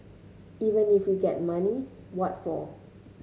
even if we get money what for